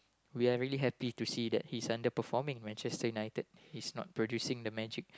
we are really happy to see that he's underperforming Manchester-United he's not producing the magic